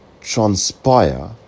transpire